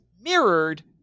mirrored